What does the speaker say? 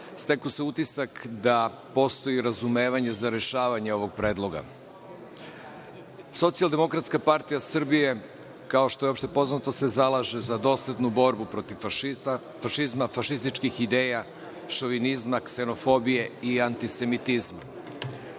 stekao se utisak da postoji razumevanje za rešavanje ovog predloga. Socijaldemokratska partija Srbije, kao što je opšte poznato, se zalaže za doslednu borbu protiv fašizma, fašističkih ideja, šovinizma, ksenofobije i antisemitizma.